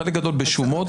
חלק גדול בשומות,